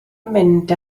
mynd